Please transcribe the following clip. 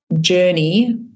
journey